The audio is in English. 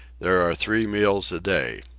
there are three meals a day.